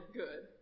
good